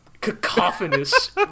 cacophonous